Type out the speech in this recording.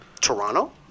Toronto